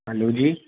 hello जी